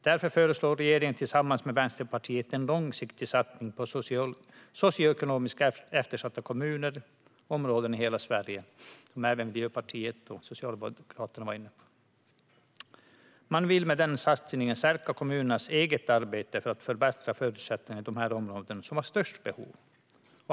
Därför föreslår regeringen tillsammans med Vänsterpartiet en långsiktig satsning på socioekonomiskt eftersatta kommuner och områden i hela Sverige. Även Miljöpartiet och Socialdemokraterna är alltså med på detta. Man vill med denna satsning stärka kommunernas eget arbete för att förbättra förutsättningarna i de områden som har störst behov.